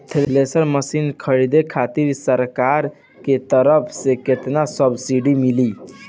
Thresher machine खरीदे खातिर सरकार के तरफ से केतना सब्सीडी मिली?